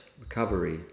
recovery